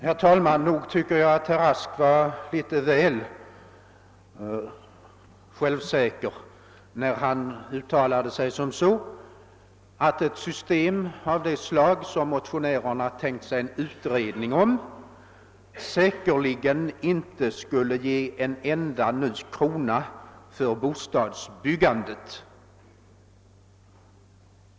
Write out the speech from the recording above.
Herr talman! Nog tycker jag att herr Rask var litet väl självsäker när han uttalade att ett system av det slag som motionärerna tänkt sig en utredning om säkerligen inte skulle ge ytterligare en enda krona åt bostadsbyggandet.